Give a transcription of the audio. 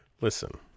Listen